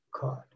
God